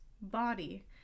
body